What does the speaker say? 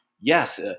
yes